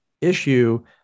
issue